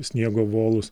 sniego volus